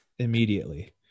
immediately